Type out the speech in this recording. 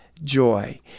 Joy